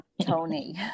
Tony